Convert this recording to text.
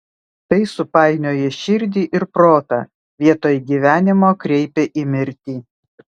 tai supainioja širdį ir protą vietoj gyvenimo kreipia į mirtį